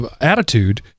attitude